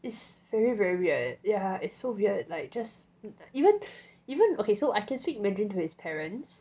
is very very weird yeah it's so weird like just even even okay so I can speak mandarin to his parents